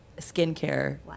skincare